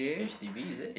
h_d_b is it